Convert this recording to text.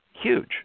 huge